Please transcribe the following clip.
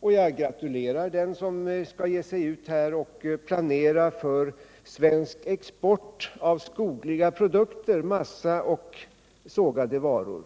Jag gratulerar den som skall ge sig ut i en sådan planering för svensk export av skogliga produkter, massa och sågade varor.